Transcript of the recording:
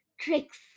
tricks